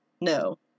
no